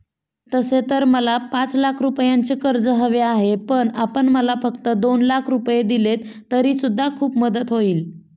तसे तर मला पाच लाख रुपयांचे कर्ज हवे आहे, पण आपण मला फक्त दोन लाख रुपये दिलेत तरी सुद्धा खूप मदत होईल